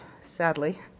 sadly